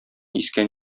искән